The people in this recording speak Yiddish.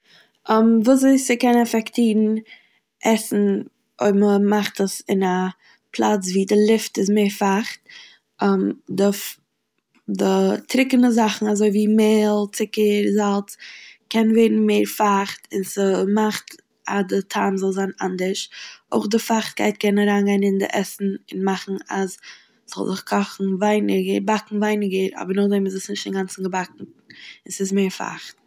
ווי אזוי ס'קען אפעקטירן עסן אויב מ'מאכט עס אין א פלאץ ווי די לופט איז מער פייכט, די- די טרוקענע זאכן אזוי ווי מעל, צוקער, זאלץ, קען ווערן מער פייכט און ס'מאכט אז די טעם זאל זיין אנדערש, אויך די פייכטקייט גייט קענען אריינגיין אין די עסן און מאכן אז ס'זאל זיך קאכן ווייניגער- באקן ווייניגער אבער נאכדעם איז עס נישט אינגאנצן געבאקן און ס'איז מער פייכט.